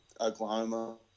Oklahoma